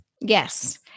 Yes